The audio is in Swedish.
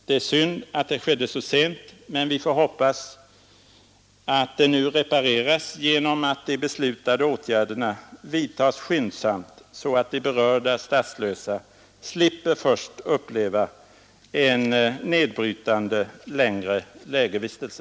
Det är synd att det skedde så sent, men vi får hoppas att detta repareras genom att de nu beslutade åtgärderna vidtas skyndsamt, så att de berörda statslösa slipper att först uppleva en nedbrytande, längre tids lägervistelse.